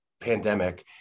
pandemic